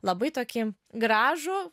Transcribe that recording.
labai tokį gražų